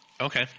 Okay